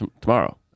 Tomorrow